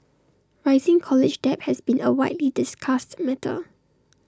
rising college debt has been A widely discussed matter